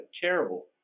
terrible